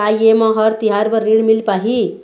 का ये म हर तिहार बर ऋण मिल पाही?